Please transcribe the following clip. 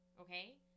okay